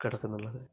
കിടക്കുന്നുള്ളത്